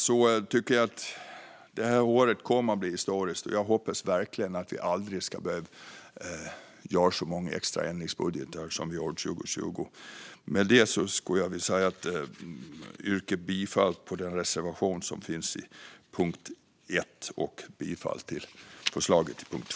Det senaste året kommer att bli historiskt. Jag hoppas verkligen att vi aldrig ska behöva göra så många extra ändringsbudgetar som vi gjorde 2020. Jag yrkar bifall till reservationen i betänkandet.